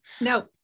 No